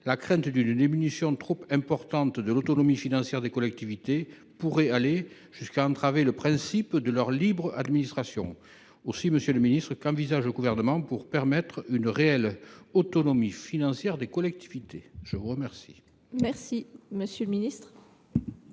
la crainte d’une diminution trop importante de l’autonomie financière des collectivités pourrait aller jusqu’à entraver le principe de leur libre administration. Aussi, monsieur le ministre, qu’envisage le Gouvernement pour permettre une réelle autonomie financière des collectivités ? La parole est à M. le ministre